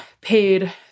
paid